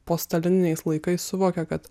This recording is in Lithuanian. postalininiais laikais suvokė kad